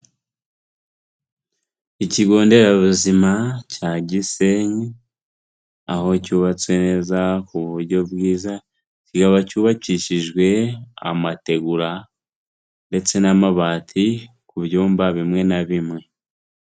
Ikigo nderabuzima cya Gisenyi, aho cyubatse neza ku buryo bwiza, kikaba cyubakishijwe amategura ndetse n'amabati ku byumba bimwe na bimwe.